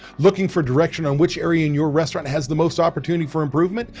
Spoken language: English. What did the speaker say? looking for direction on which area in your restaurant has the most opportunity for improvement?